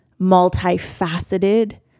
multifaceted